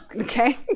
Okay